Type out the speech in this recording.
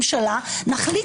יש חוק יסוד: ממשלה שקובע זמן,